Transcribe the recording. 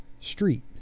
street